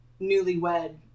newlywed